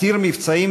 בתשרי,